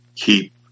Keep